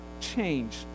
change